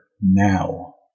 now